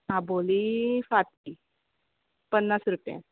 आबोलीं सात तीं पन्नास रुपया